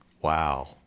Wow